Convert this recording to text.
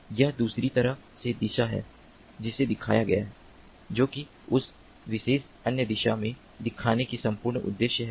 तो यह दूसरी तरह से दिशा है जिसे दिखाया गया है जो कि उस विशेष अन्य दिशा में दिखाने का संपूर्ण उद्देश्य है